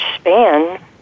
span